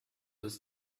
ist